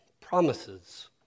promises